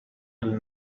will